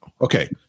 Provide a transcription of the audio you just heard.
Okay